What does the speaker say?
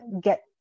get